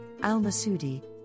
al-Masudi